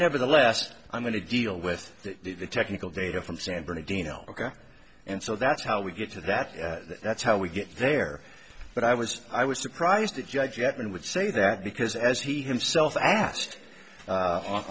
nevertheless i'm going to deal with the technical data from san bernardino ok and so that's how we get to that that's how we get there but i was i was surprised to judge yet and would say that because as he himself